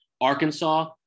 Arkansas